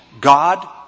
God